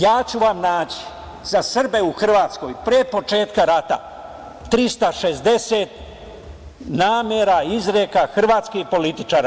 Ja ću vam naći za Srbe u Hrvatskoj pre početka rata 360 namera, izreka hrvatskih političara.